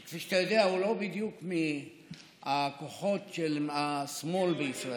שכפי שאתה יודע הוא לא בדיוק מהכוחות של השמאל בישראל,